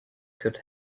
could